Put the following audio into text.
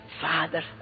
Father